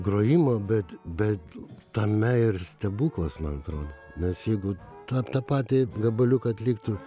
grojimo bet bet tame ir stebuklas man atrodo nes jeigu tą tą patį gabaliuką atliktų